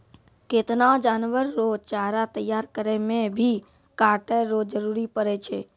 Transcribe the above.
केतना जानवर रो चारा तैयार करै मे भी काटै रो जरुरी पड़ै छै